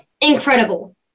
incredible